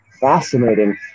fascinating